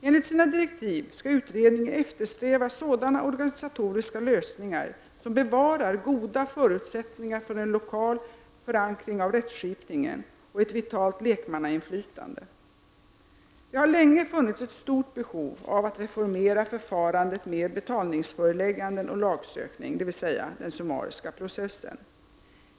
Enligt sina direktiv skall utredningen eftersträva sådana organisatoriska lösningar som bevarar goda förutsättningar för en lokal förankring av rättsskipningen och ett vitalt lekmannainflytande. Det har länge funnits ett stort behov av att reformera förfarandet med betalningsföreläggande och lagsökning, dvs. den summariska processen.